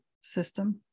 system